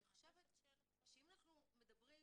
אני חושבת שאם אנחנו מדברים